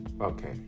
Okay